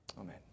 Amen